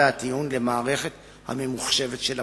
הטיעון במערכת הממוחשבת של הפרקליטות,